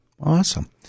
Awesome